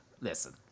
Listen